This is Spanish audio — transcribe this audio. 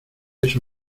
eso